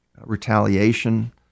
retaliation